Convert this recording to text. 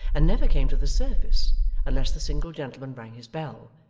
and never came to the surface unless the single gentleman rang his bell,